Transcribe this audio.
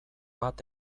bat